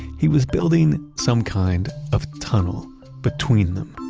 he was building some kind of tunnel between them.